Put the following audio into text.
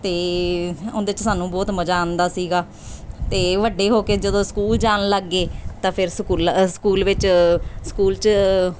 ਅਤੇ ਉਹਦੇ 'ਚ ਸਾਨੂੰ ਬਹੁਤ ਮਜ਼ਾ ਆਉਂਦਾ ਸੀਗਾ ਅਤੇ ਵੱਡੇ ਹੋ ਕੇ ਜਦੋਂ ਸਕੂਲ ਜਾਣ ਲੱਗ ਗਏ ਤਾਂ ਫਿਰ ਸਕੂਲ ਵਿੱਚ ਸਕੂਲ 'ਚ